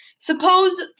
Suppose